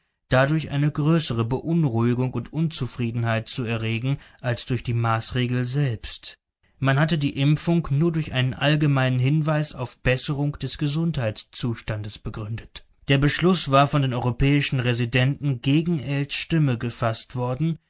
dadurch eine größere beunruhigung und unzufriedenheit zu erregen als durch die maßregel selbst man hatte die impfung nur durch einen allgemeinen hinweis auf besserung des gesundheitszustandes begründet der beschluß war von den europäischen residenten gegen ells stimme gefaßt worden